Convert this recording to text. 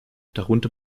darunter